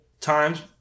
times